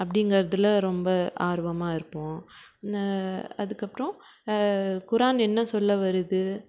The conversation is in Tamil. அப்படீங்கறதுல ரொம்ப ஆர்வமாக இருப்போம் அதுக்கப்பறம் குரான் என்ன சொல்ல வருது